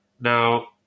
Now